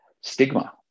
stigma